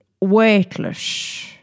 weightless